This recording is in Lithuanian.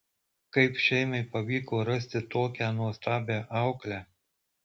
kaip šeimai pavyko rasti tokią nuostabią auklę